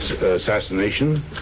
assassination